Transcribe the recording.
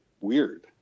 weird